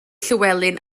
llywelyn